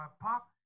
Pop